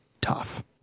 tough